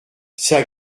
c’est